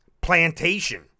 plantation